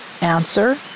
answer